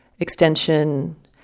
extension